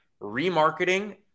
Remarketing